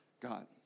God